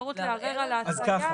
אפשרות לערער על ההתליה?